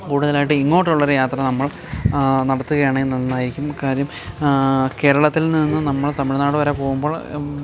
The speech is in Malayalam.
കൂടുതലായിട്ട് ഇങ്ങോട്ടുള്ളൊരു യാത്ര നമ്മൾ നടത്തുകയാണെങ്കിൽ നന്നായിരിക്കും കാര്യം കേരളത്തിൽ നിന്നും നമ്മൾ തമിഴ്നാടുവരെ പോകുമ്പോൾ